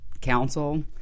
council